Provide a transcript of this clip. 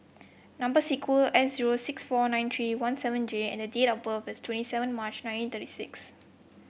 number S zero six four nine three one seven J and date of birth is twenty seven March nineteen thirty six